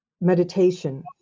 meditation